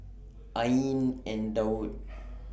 Ain and Daud